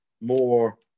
more